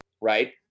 right